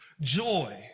Joy